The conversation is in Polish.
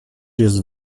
jest